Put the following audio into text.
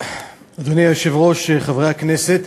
אדוני היושב-ראש, חברי הכנסת,